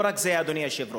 לא רק זה, אדוני היושב-ראש,